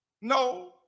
no